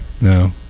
No